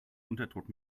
unterdruck